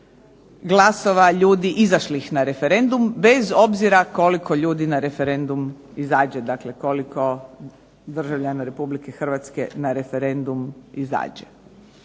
glasova ljudi izašlih na referendum bez obzira koliko ljudi na referendum izađe, dakle koliko državljana Republike Hrvatske na referendum izađe.